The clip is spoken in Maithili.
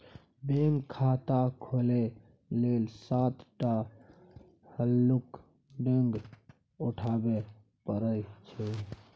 बैंक खाता खोलय लेल सात टा हल्लुक डेग उठाबे परय छै